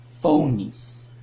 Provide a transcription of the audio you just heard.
phonies